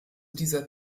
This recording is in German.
dieser